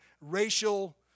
racial